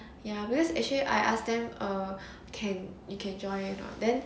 ya because actually I ask them err can you can join or not then